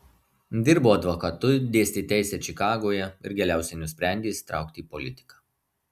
dirbo advokatu dėstė teisę čikagoje ir galiausiai nusprendė įsitraukti į politiką